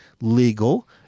legal